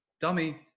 Dummy